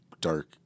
dark